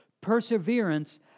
Perseverance